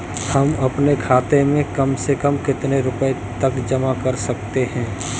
हम अपने खाते में कम से कम कितने रुपये तक जमा कर सकते हैं?